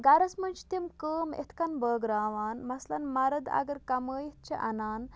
گَرَس منٛز چھِ تِم کٲم اِتھ کَنۍ بٲگراوان مَثلاً مَرٕد اگر کَمٲیِتھ چھِ اَنان